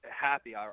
happy